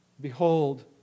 Behold